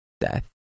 death